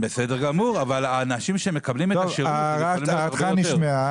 דעתך נשמעה.